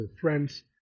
friends